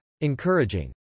Encouraging